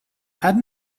had